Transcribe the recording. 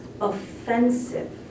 offensive